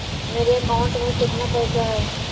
मेरे अकाउंट में केतना पैसा है?